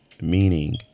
meaning